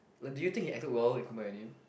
like did you think he acted well in Call-by-Your-Name